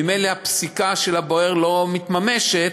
ממילא הפסיקה של הבורר לא מתממשת,